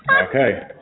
Okay